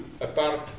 apart